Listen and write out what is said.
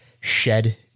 shed